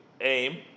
aim